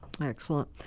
Excellent